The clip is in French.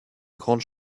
grande